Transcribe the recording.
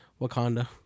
Wakanda